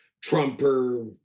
Trumper